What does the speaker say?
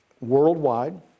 worldwide